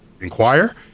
inquire